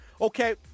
Okay